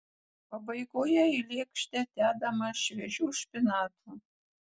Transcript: pabaigoje į lėkštę dedama šviežių špinatų